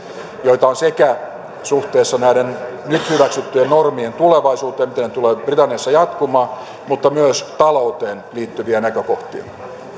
joita on suhteessa näiden nyt hyväksyttyjen normien tulevaisuuteen miten ne tulevat britanniassa jatkumaan mutta myös talouteen liittyviä näkökohtia